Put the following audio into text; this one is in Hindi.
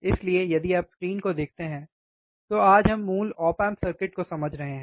इसलिए यदि आप स्क्रीन को देखते हैं तो आज हम मूल सर्किट को समझ रहे हैं